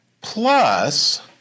Plus